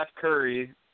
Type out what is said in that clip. Curry